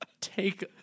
take